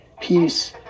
peace